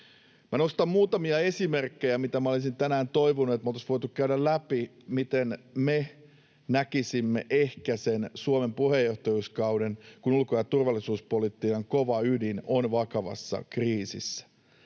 Nostan muutamia esimerkkejä, mitä minä olisin toivonut, että me olisimme tänään voineet käydä läpi, miten me näkisimme ehkä sen Suomen puheenjohtajuuskauden, kun ulko- ja turvallisuuspolitiikan kova ydin on vakavassa kriisissä.